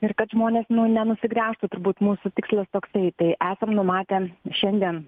ir kad žmonės nu nenusigręžtų turbūt mūsų tikslas toksai tai esam numatę šiandien